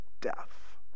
death